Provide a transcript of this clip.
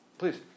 please